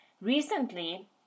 Recently